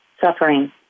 suffering